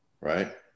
right